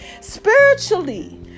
spiritually